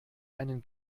einen